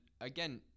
again